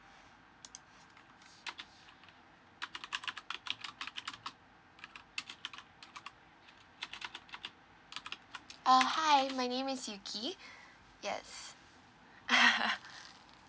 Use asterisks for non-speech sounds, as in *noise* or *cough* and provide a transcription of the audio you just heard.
uh hi my name is okay yuki yes *laughs*